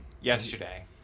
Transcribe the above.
yesterday